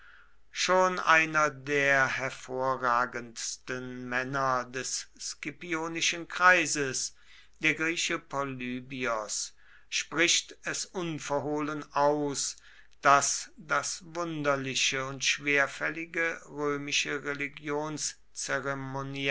schon einer der hervorragendsten männer des scipionischen kreises der grieche polybios spricht es unverhohlen aus daß das wunderliche und schwerfällige römische